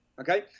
Okay